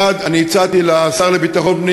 1. אני הצעתי לשר לביטחון פנים